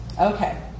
okay